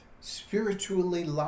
spiritually